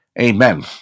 Amen